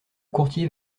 courtier